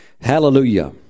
Hallelujah